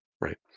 right